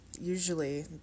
Usually